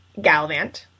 Galvant